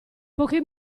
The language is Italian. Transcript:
poche